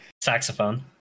Saxophone